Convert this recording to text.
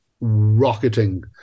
rocketing